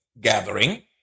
gathering